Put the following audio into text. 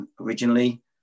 originally